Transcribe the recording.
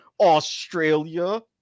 Australia